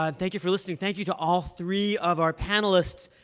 ah thank you for listening. thank you to all three of our panelists.